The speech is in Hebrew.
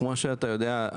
תנועה שאתה יודע,